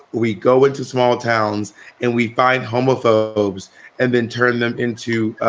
we go into small towns and we find homophobes and then turn them into